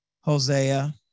Hosea